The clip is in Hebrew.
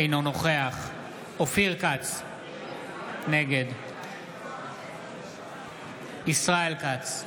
אינו נוכח אופיר כץ, נגד ישראל כץ,